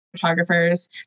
photographers